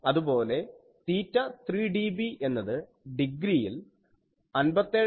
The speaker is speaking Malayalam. അതുപോലെ θ3dB എന്നത് ഡിഗ്രിയിൽ 57